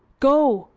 go,